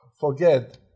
Forget